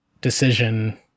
Decision